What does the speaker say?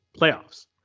playoffs